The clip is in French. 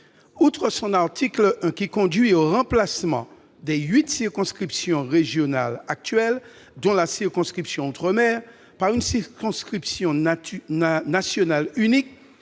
Outre l'article 1, qui conduit au remplacement des huit circonscriptions régionales actuelles, dont la circonscription de l'outre-mer, par une circonscription nationale unique,